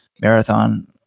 marathon